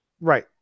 Right